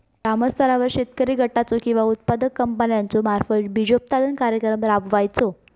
ग्रामस्तरावर शेतकरी गटाचो किंवा उत्पादक कंपन्याचो मार्फत बिजोत्पादन कार्यक्रम राबायचो?